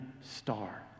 star